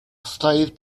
стоит